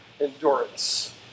endurance